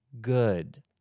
good